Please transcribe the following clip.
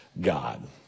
god